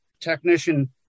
technician